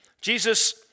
Jesus